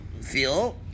feel